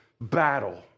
battle